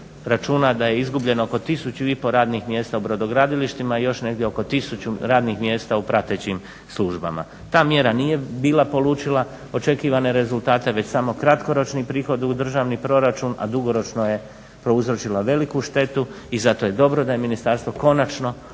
računa da je izgubljeno oko tisuću i pol radnih mjesta u brodogradilištima i još negdje oko tisuću radnih mjesta u pratećim službama. Ta mjera nije bila polučila očekivane rezultate već samo kratkoročni prihod u državni proračun, a dugoročno je prouzročila veliku štetu i zato je dobro da je ministarstvo konačno